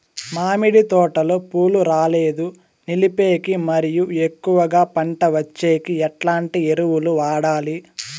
మామిడి తోటలో పూలు రాలేదు నిలిపేకి మరియు ఎక్కువగా పంట వచ్చేకి ఎట్లాంటి ఎరువులు వాడాలి?